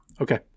Okay